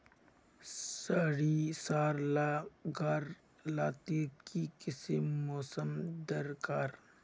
सरिसार ला गार लात्तिर की किसम मौसम दरकार?